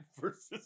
versus